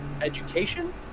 education